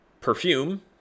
perfume